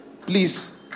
please